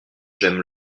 j’aime